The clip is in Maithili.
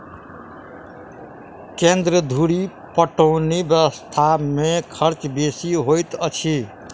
केन्द्र धुरि पटौनी व्यवस्था मे खर्च बेसी होइत अछि